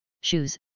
shoes